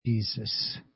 Jesus